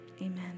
Amen